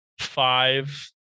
five